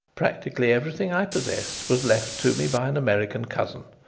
practically everything i possess was left to me by an american cousin,